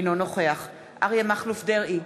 אינו נוכח אריה מכלוף דרעי,